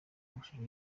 amashusho